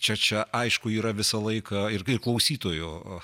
čia čia aišku yra visą laiką ir kai klausytojų